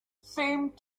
seemed